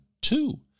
two